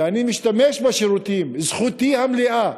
ואני משתמש בשירותים, זכותי המלאה